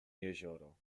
jezioro